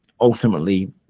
ultimately